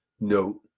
note